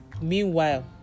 meanwhile